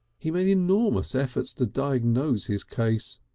he made enormous efforts to diagnose his case.